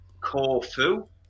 Corfu